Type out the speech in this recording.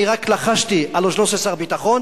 אני רק לחשתי על אוזנו של שר הביטחון,